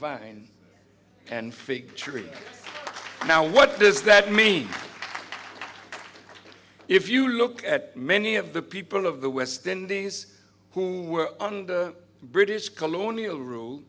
vine and figtree now what does that mean if you look at many of the people of the west indies whom were under british colonial rule